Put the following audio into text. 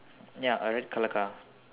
ya a red colour car